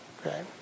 okay